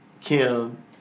Kim